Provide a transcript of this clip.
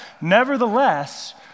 Nevertheless